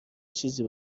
چیزی